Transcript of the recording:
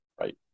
Right